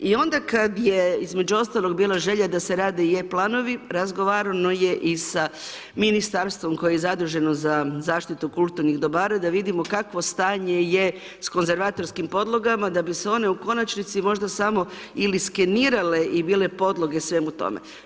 I onda kad je, između ostalog, bila želja da se rade i e planovi, razgovarano je i sa Ministarstvom koje je zaduženo za zaštitu kulturnih dobara, da vidimo kakvo stanje je s konzervatorskim podlogama da bi se one u konačnici možda samo ili skenirale i bile podloge svemu tome.